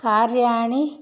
कार्याणि